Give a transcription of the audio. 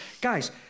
guys